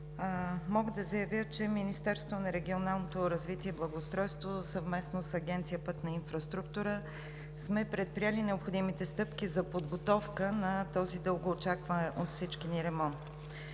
Мога да заявя, че Министерството на регионалното развитие и благоустройството съвместно с Агенция „Пътна инфраструктура“ сме предприели необходимите стъпки за подготовка на този дългоочакван от всички ни ремонт.